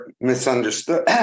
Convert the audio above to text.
misunderstood